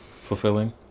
fulfilling